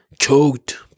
choked